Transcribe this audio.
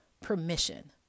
permission